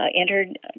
entered